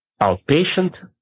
outpatient